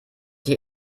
sich